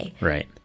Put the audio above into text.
Right